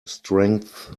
strength